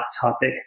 topic